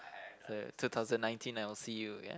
two thousand nineteen I''ll see you ya